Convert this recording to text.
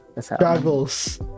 Struggles